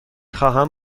خواهم